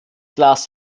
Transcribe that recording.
glas